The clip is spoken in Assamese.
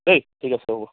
দেই ঠিক আছে হ'ব